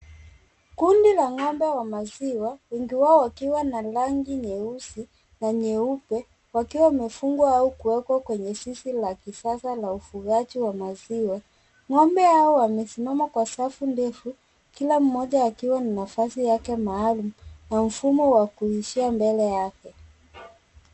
Kundi la ng'ombe wa maziwa wengi wao wakiwa na rangi nyeusi na nyeupe wakiwa wamefungwa au kuwekwa kwenye zizi la kisasa la ufugaji wa maziwa. Ng'ombe hao wamesimama kwa safu ndefu kila mmoja akiwa na nafasi yake maalum na mfumo wa kulishia mbele yake.